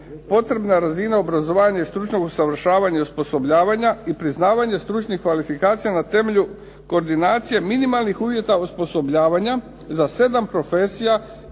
potrebna razina obrazovanja i stručnog usavršavanja i osposobljavanja i priznavanje stručnih kvalifikacija na temelju koordinacije minimalnih uvjeta osposobljavanja za 7 profesija